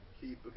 keep